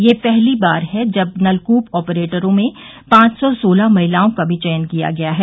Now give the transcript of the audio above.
यह पहली बार है जब नलकूप ऑपरेटरों में पांच सौ सोलह महिलाए का भी चयन किया गया है